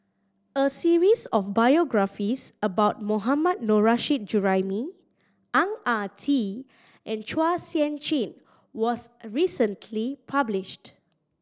a series of biographies about Mohammad Nurrasyid Juraimi Ang Ah Tee and Chua Sian Chin was recently published